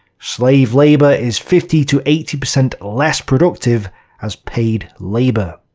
slave labour is fifty to eighty percent less productive as paid labour.